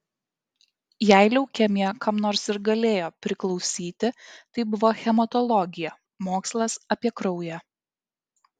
jei leukemija kam nors ir galėjo priklausyti tai buvo hematologija mokslas apie kraują